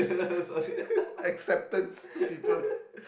except